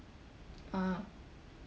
ah